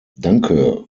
danke